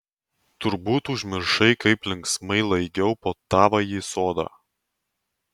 turbūt užmiršai kaip linksmai laigiau po tavąjį sodą